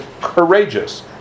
courageous